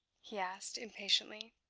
he asked, impatiently.